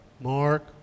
Mark